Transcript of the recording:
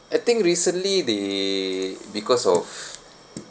I think recently they because of